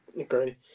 agree